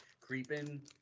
creeping